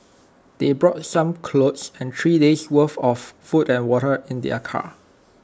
they brought some clothes and three days'worth of food and water in their car